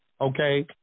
Okay